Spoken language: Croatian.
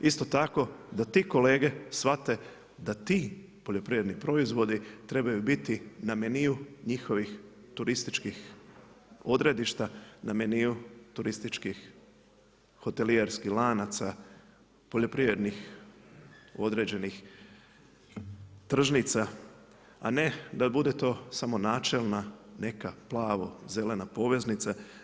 Isto tako, da ti kolege shvate, da ti poljoprivredni proizvodi trebaju biti na meniju njihovih turističkih odredišta, na meniju turističkih hotelijerskih lanaca, poljoprivrednih, određenih tržnica, a ne da bude to samo načelna, neka plavo zelena poveznica.